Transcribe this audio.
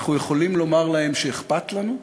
אנחנו יכולים לומר להם שאכפת לנו,